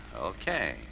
Okay